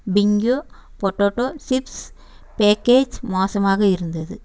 Bingo potato chips package மோசமாக இருந்தது